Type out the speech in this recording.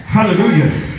Hallelujah